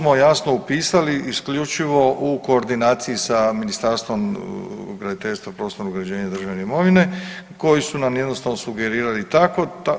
Ovo smo jasno upisali isključivo u koordinaciji sa Ministarstvom graditeljstva, prostornog uređenja i državne imovine koji su nam jednostavno sugerirali tako.